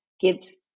gives